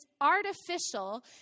artificial